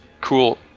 cool